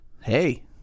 Hey